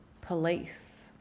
police